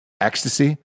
Ecstasy